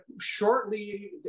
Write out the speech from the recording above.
shortly